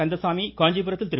கந்தசாமி காஞ்சிபுரத்தில் திரு